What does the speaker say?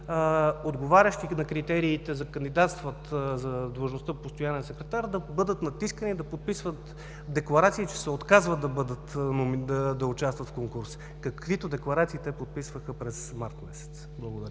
отговарящи на критериите да кандидатстват за длъжността „Постоянен секретар“ да бъдат натискани да подписват декларации, че се отказват да участват в конкурса, каквито декларации те подписваха през месец март. Благодаря.